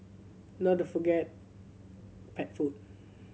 not to forget pet food